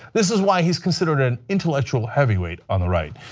this is why he's considered an intellectual heavyweight on the right.